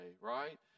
right